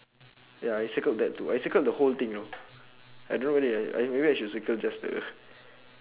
ya I circled that too I circled the whole thing you know I don't know whether I I maybe I should circle just the